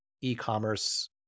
e-commerce